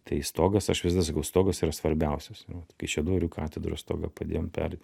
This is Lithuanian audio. tai stogas aš visada sakau stogas yra svarbiausias kaišiadorių katedros stogą padėjom per